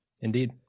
indeed